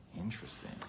Interesting